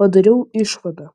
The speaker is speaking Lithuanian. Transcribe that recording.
padariau išvadą